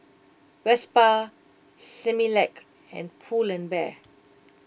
Vespa Similac and Pull and Bear